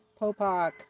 Popak